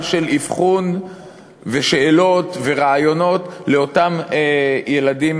של אבחון ושאלות וראיונות לאותם ילדים,